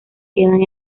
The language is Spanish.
quedan